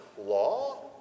law